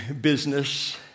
business